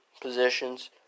positions